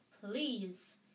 please